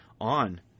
on